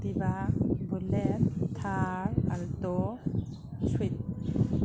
Activa bullet Thar alto swift